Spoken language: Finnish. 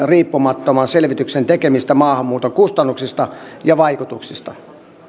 riippumattoman selvityksen tekemistä maahanmuuton kustannuksista ja vaikutuksista